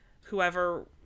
whoever